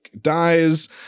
dies